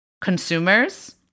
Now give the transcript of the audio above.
consumers